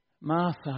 Martha